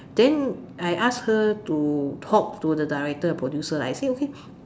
then I ask her to talk to the director producer I say okay